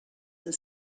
and